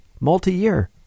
multi-year